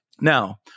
Now